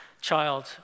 Child